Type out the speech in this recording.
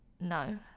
No